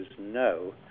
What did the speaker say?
no